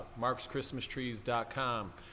MarksChristmasTrees.com